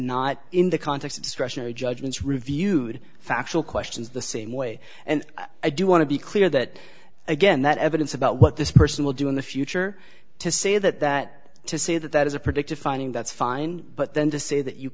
not in the context of discretionary judgments reviewed factual questions the same way and i do want to be clear that again that evidence about what this person will do in the future to say that that to say that that is a predictive finding that's fine but then to say that you